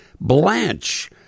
blanche